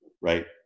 right